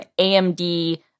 AMD